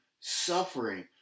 suffering